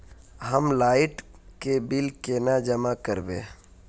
हम लाइट के बिल केना जमा करबे?